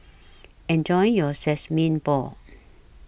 Enjoy your Sesame Balls